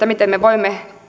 miten me voimme